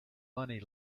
money